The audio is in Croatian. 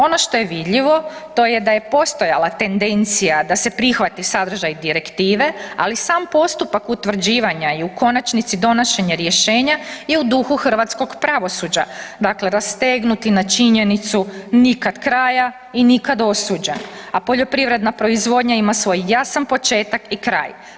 Ono što je vidljivo, to je da je postojala tendencija da se prihvati sadržaj Direktive, ali sam postupak utvrđivanja, i u konačnici, donošenja rješenja je u dugu hrvatskog pravosuđa, dakle rastegnuti na činjenicu, nikad kraja i nikad osuđen, a poljoprivredna proizvodnja ima svoj jasan početak i kraj.